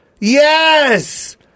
yes